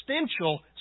existential